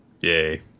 Yay